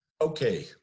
Okay